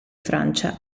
francia